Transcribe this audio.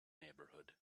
neighborhood